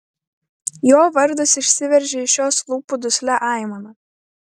jo vardas išsiveržė iš jos lūpų duslia aimana